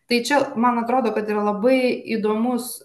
tai čia man atrodo kad yra labai įdomus